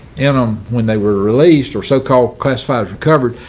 and um when they were released or so called classifiers recovered,